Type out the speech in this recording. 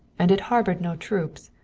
and it harbored no troops.